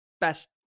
best